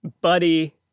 Buddy